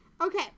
Okay